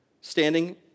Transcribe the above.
standing